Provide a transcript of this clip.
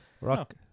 Rock